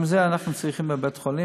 גם את זה אנחנו צריכים לראות בבית-חולים.